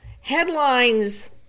headlines